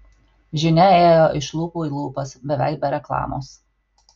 žinia ėjo iš lūpų į lūpas beveik be reklamos